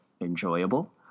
enjoyable